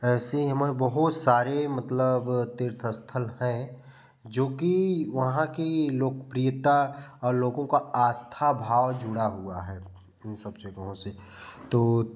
ऐसी ही हमारे बहुत सारे मतलब तीर्थ स्थल हैं जोकि वहाँ कि लोकप्रियता और लोगों का आस्था भाव जुड़ा हुआ है इन सब जगहों से तो